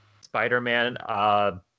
Spider-Man